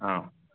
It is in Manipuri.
ꯑꯥꯎ